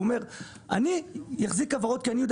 הוא אומר אני אחזיק כוורות כי אני יודע